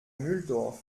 mulhdorf